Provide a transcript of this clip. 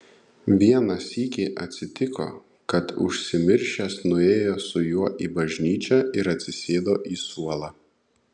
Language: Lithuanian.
vieną sykį atsitiko kad užsimiršęs nuėjo su juo į bažnyčią ir atsisėdo į suolą